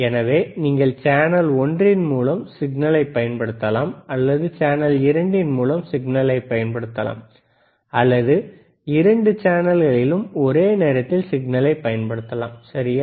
எனவே நீங்கள் சேனல் ஒன்றின் மூலம் சிக்னலை பயன்படுத்தலாம் அல்லது சேனல் இரண்டின் மூலம் சிக்னலை பயன்படுத்தலாம் அல்லது இரண்டு சேனல்களிலும் ஒரே நேரத்தில் சிக்னலைப் பயன்படுத்தலாம் சரியா